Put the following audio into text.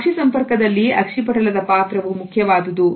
ಅಕ್ಷಿ ಸಂಪರ್ಕದಲ್ಲಿ ಅಕ್ಷಿಪಟಲದ ಪಾತ್ರವು ಮುಖ್ಯವಾದದ್ದು